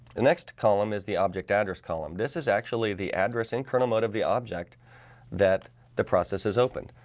the next column is the object address column. this is actually the address in kernel mode of the object that the process is opened